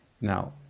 Now